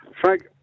Frank